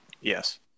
Yes